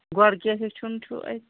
گۄڈٕ کیاہ ہیٚچھُن چھُ اَسہِ